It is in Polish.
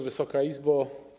Wysoka Izbo!